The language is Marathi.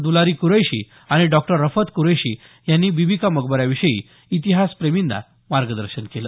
दुलारी कुरैशी आणि डॉक्टर रफत क्रैशी यांनी बीबी का मकबऱ्याविषयी इतिहासप्रेमींना मार्गदर्शन केलं